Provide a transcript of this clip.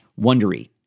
Wondery